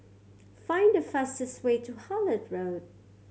find the fastest way to Hullet Road